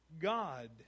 God